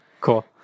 cool